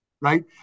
right